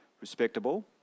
respectable